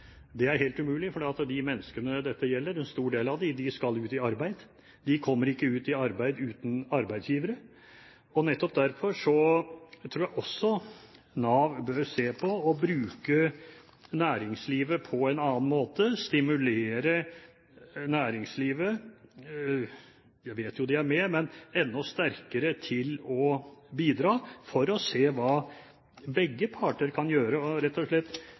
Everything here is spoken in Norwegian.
det er helt umulig fordi de menneskene dette gjelder – en stor del av dem – skal ut i arbeid. De kommer ikke ut i arbeid uten arbeidsgivere. Nettopp derfor tror jeg også Nav bør se på og bruke næringslivet på en annen måte, stimulere næringslivet – jeg vet jo de er med – enda sterkere til å bidra, for å se hva begge parter kan gjøre; rett og slett